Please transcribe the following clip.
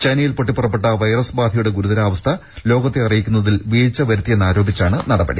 ചൈനയിൽ പൊട്ടിപ്പുറപ്പെട്ട വൈറസ് ബാധയുടെ ഗുരുതരാവസ്ഥ ലോകത്തെ അറിയിക്കുന്നതിൽ വീഴ്ച വരുത്തിയെന്നാരോപിച്ചാണ് നടപടി